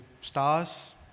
stars